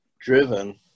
driven